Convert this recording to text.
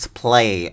play